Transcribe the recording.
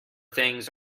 things